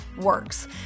works